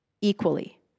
equally